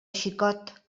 xicot